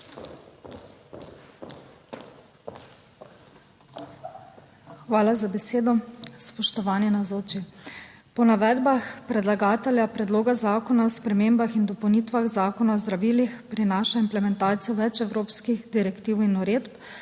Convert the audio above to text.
Hvala za besedo. Spoštovani navzoči! Po navedbah predlagatelja Predloga zakona o spremembah in dopolnitvah Zakona o zdravilih prinaša implementacijo več evropskih direktiv in uredb